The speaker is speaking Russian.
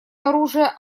оружие